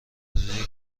روزیه